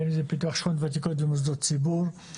בין אם זה פיתוח שכונות ותיקות ומוסדות ציבור,